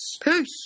Peace